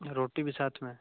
रोटी भी साथ में